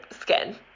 skin